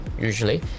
usually